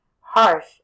harsh